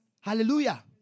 Hallelujah